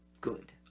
good